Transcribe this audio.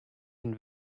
den